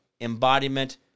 embodiment